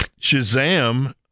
Shazam